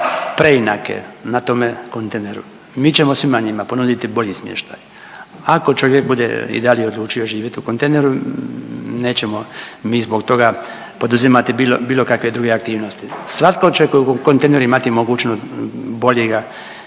preinake na tome kontejneru. Mi ćemo svima njima ponuditi bolji smještaj, ako čovjek i dalje odlučio živjeti u kontejneru nećemo mi zbog toga poduzimati bilo kakve druge aktivnosti. Svatko će u kontejneru imati mogućnost boljega